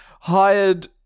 hired